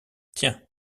tiens